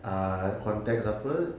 ah context apa